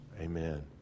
amen